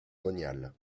monial